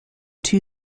two